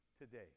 today